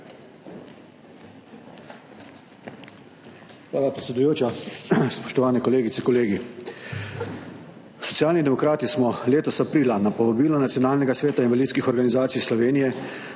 Hvala, predsedujoča. Spoštovane kolegice, kolegi! Socialni demokrati smo letos aprila na povabilo Nacionalnega sveta invalidskih organizacij Slovenije